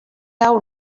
hau